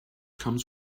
comes